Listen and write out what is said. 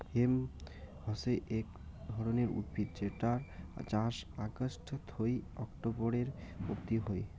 hemp হসে এক ধরণের উদ্ভিদ যেটার চাষ অগাস্ট থুই অক্টোবরের অব্দি হই